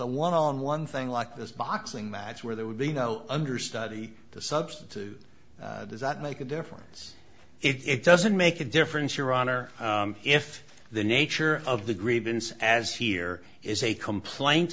a one on one thing like this boxing match where there would be no understudy the substitute does that make a difference it doesn't make a difference your honor if the nature of the grievance as here is a complaint